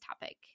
topic